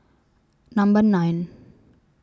Number nine